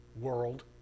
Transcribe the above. World